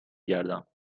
گردم